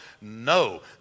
no